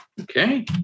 Okay